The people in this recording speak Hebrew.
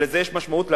ולזה יש משמעות,